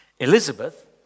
Elizabeth